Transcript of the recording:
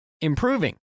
improving